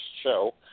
show